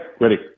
ready